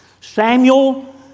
Samuel